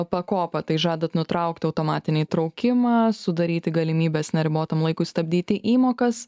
pakopą tai žadat nutraukti automatinį įtraukimą sudaryti galimybes neribotam laikui stabdyti įmokas